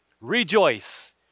Rejoice